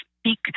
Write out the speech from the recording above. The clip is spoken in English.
speak